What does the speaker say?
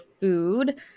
food